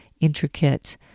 intricate